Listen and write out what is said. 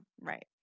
Right